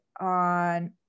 on